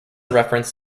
reference